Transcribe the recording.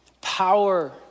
power